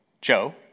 Joe